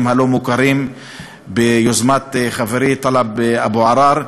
הלא-מוכרים ביוזמת חברי טלב אבו עראר,